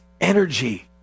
energy